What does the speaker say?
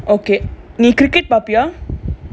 okay நீ:nee cricket பாப்பியா:paappiyaa